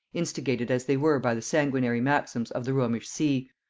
instigated as they were by the sanguinary maxims of the romish see,